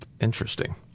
Interesting